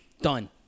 done